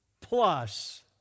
plus